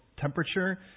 temperature